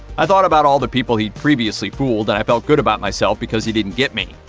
i thought about all the people he previously fooled and i felt good about myself because he didn't get me.